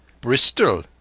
Bristol